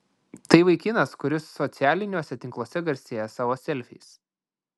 tai vaikinas kuris socialiniuose tinkluose garsėja savo selfiais